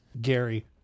Gary